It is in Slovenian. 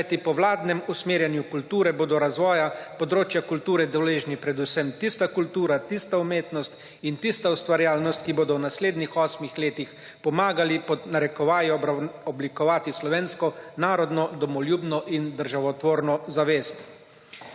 kajti po vladnem usmerjanju kulture bodo razvoja področja kulture deležni predvsem tista kultura, tista umetnost in tista ustvarjalnost, ki bodo v naslednjih osmih letih pomagali, pod narekovaji, oblikovati slovensko, narodno, domoljubno in državotvorno zavest.